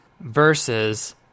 versus